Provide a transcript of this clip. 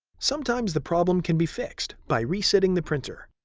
sometimes the problem can be fixed by resetting the printer.